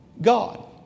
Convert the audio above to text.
God